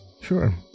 sure